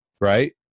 right